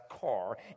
car